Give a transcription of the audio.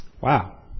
Wow